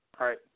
right